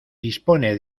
dispone